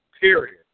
Period